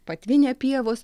patvinę pievos